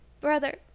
brother